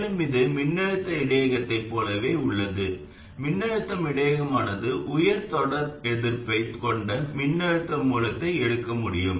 மேலும் இது மின்னழுத்த இடையகத்தைப் போலவே உள்ளது மின்னழுத்த இடையகமானது உயர் தொடர் எதிர்ப்பைக் கொண்ட மின்னழுத்த மூலத்தை எடுக்க முடியும்